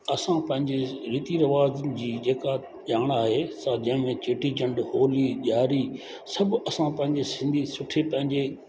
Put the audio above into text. असां पंहिंजे रीति रिवाज़नि जी जेका ॼाणु आहे सा जंहिंमें चेटी चंडु होली ॼारी सभु असां पंहिंजे सिंधी सुठी पंहिंजे